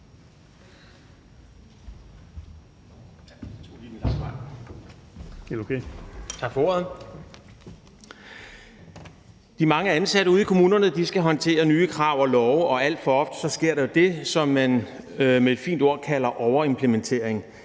Tak for ordet. De mange ansatte ude i kommunerne skal håndtere nye krav og love, og alt for ofte sker der det, som man med et fint ord kalder overimplementering.